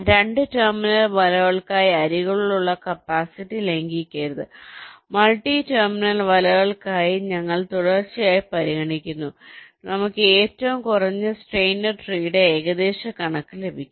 2 terminal വലകൾക്കായി അരികുകളുടെ capacity ലംഘിക്കരുത് മൾട്ടി ടെർമിനൽ വലകൾക്കായി ഞങ്ങൾ തുടർച്ചയായി പരിഗണിക്കുന്നു നമുക്ക് ഏറ്റവും കുറഞ്ഞ സ്റ്റെയ്നർ ട്രീയുടെ ഏകദേശ കണക്ക് ലഭിക്കും